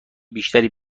بیشتری